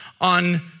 on